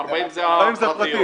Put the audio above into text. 40 זה הפרטיות.